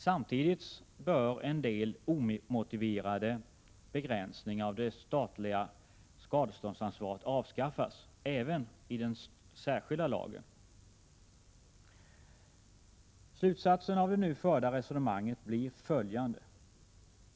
Samtidigt bör en del omotiverade begränsningar av det statliga skadeståndsansvaret avskaffas även i den särskilda lagen. Slutsatsen av det nu förda resonemanget blir följande.